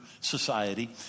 society